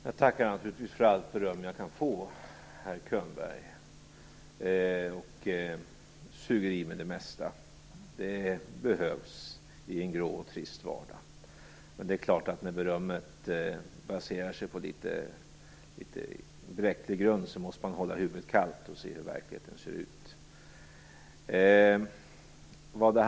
Fru talman! Jag tackar naturligtvis för allt beröm jag kan få, herr Könberg, och suger i mig det mesta. Det behövs i en grå och trist vardag. Men när berömmet baserar sig på bräcklig grund måste man hålla huvudet kallt och se hur verkligheten ser ut.